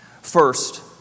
First